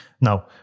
Now